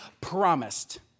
promised